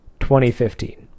2015